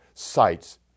Sites